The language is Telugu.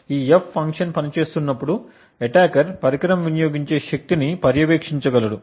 ఈ F ఫంక్షన్ పని చేస్తున్నప్పుడు అటాకర్ పరికరం వినియోగించే శక్తిని పర్యవేక్షించగలడు